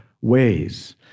ways